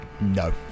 No